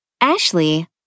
Ashley